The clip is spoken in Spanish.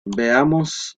veamos